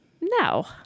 No